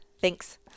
Thanks